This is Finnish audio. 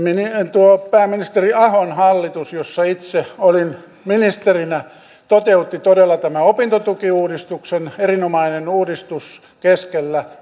pääministeri ahon hallitus jossa itse olin ministerinä toteutti todella tämän opintotukiuudistuksen erinomainen uudistus keskellä